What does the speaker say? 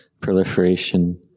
proliferation